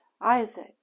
Isaac